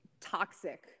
toxic